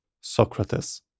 Socrates